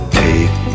take